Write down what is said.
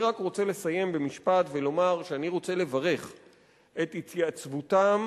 אני רק רוצה לסיים במשפט ולומר שאני רוצה לברך על התייצבותם